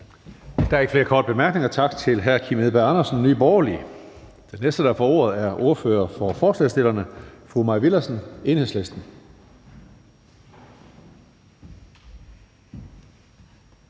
Der er ikke flere korte bemærkninger. Tak til hr. Kim Edberg Andersen, Nye Borgerlige. Den næste, der får ordet, er ordføreren for forslagsstillerne, fru Mai Villadsen, Enhedslisten.